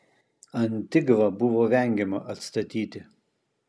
antigvą buvo vengiama atstatyti